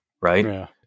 right